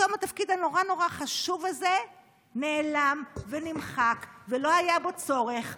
פתאום התפקיד הנורא נורא חשוב הזה נעלם ונמחק ולא היה בו צורך.